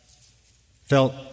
felt